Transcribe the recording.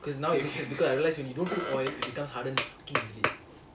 'cause now because I realise when you don't put oil it becomes hardened easily quickly